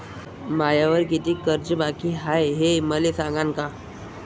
मायावर कितीक कर्ज बाकी हाय, हे मले सांगान का?